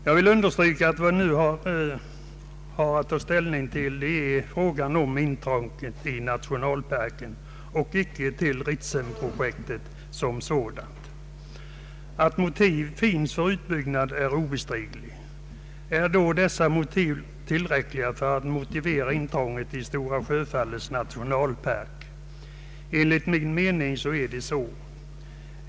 Jag vill understryka att vad vi har att ta ställning till är frågan om intrånget i nationalparken och inte till Ritsemprojektet som sådant. Att motiv finns för utbyggnaden är obestridligt. Är då dessa motiv tillräckliga för att motivera intrånget i Stora Sjöfallets nationalpark? Enligt min mening är de det.